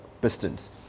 Pistons